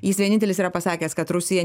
jis vienintelis yra pasakęs kad rusija